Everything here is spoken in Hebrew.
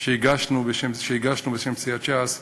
שהגשנו בשם סיעת ש"ס,